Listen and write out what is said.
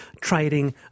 trading